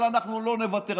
אבל אנחנו לא נוותר.